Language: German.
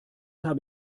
habe